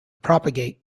propagate